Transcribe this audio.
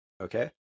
Okay